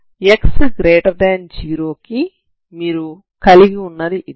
x0 కు మీరు కలిగి ఉన్నది ఇదే